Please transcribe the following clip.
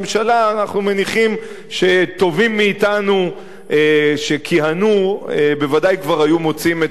אנחנו מניחים שטובים מאתנו שכיהנו בוודאי כבר היו מוצאים את הפתרון.